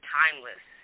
timeless